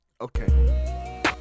Okay